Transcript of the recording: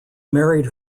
married